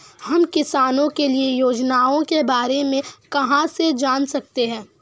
हम किसानों के लिए योजनाओं के बारे में कहाँ से जान सकते हैं?